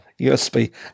USB